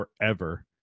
forever